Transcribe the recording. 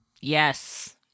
yes